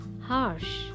harsh